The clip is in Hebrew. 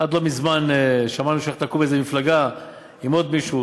עד לא מזמן שמענו שהולכת לקום איזו מפלגה עם עוד מישהו,